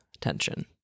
tension